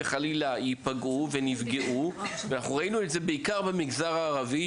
ושחלילה עלולים להיפגע וראינו את זה בעיקר במגזר הערבי,